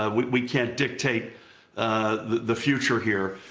um we can't dictate the future here.